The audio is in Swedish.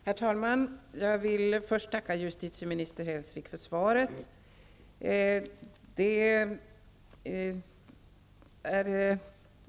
Herr talman! Jag vill första tacka justitieminister Hellsvik för svaret.